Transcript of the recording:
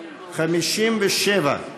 57,